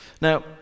Now